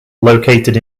located